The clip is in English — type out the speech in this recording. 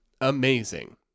Amazing